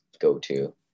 go-to